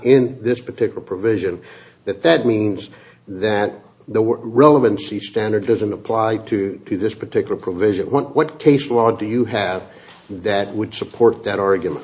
in this particular provision that that means that the word relevancy standard doesn't apply to to this particular provision what case law do you have that would support that oregon